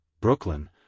Brooklyn